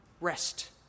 rest